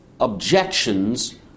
objections